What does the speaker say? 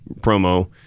promo